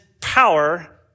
power